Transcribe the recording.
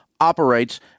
operates